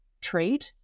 trade